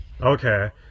Okay